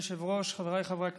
אדוני היושב-ראש, חבריי חברי הכנסת,